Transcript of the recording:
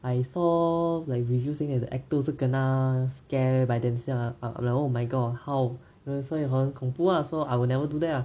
I saw like even as the actor also kena scare by themselves like oh my god how ya 所以 hor 很恐怖啊 so I will never do that ah